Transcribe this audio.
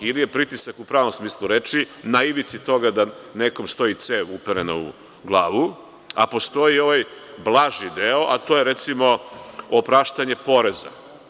Ili je pritisak u pravom smislu te reči na ivici toga da nekom stoji cev uperena u glavu, a postoji i ovaj blaži deo, to je recimo opraštanje poreza.